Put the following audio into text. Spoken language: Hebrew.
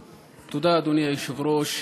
תודה, אדוני היושב-ראש.